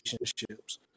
relationships